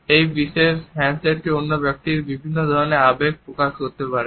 এই বিশেষ হ্যান্ডশেক অন্য ব্যক্তির কাছে বিভিন্ন ধরণের আবেগ প্রকাশ করতে পারে